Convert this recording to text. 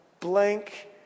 blank